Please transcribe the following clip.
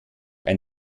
ein